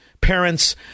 parents